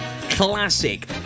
classic